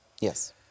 Yes